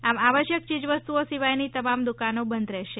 આમ આવશ્યક ચીજ વસ્તુઓ સિવાયની તમામ દુકાનો બંધ રહેશે